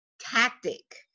tactic